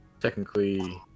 technically